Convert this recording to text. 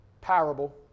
parable